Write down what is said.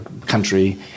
country